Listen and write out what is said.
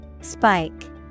Spike